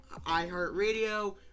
iHeartRadio